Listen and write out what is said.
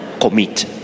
commit